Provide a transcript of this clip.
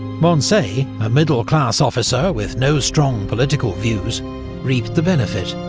moncey a middle-class officer with no strong political views reaped the benefit,